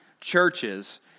churches